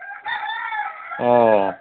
ও